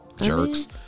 Jerks